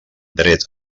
dret